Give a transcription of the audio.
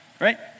right